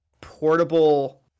portable